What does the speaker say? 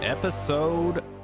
Episode